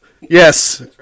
Yes